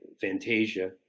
fantasia